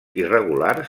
irregulars